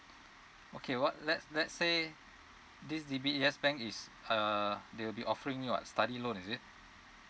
okay what let's let's say this D_B_S bank is uh they'll be offering you a study loan is it